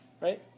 Right